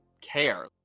care